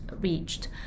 reached